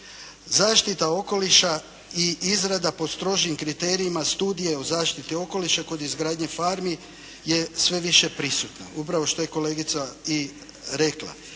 zaštita okoliša i izrada po strožim kriterijima studije o zaštiti okoliša kod izgradnje farmi je sve više prisutna, upravo što je kolegica i rekla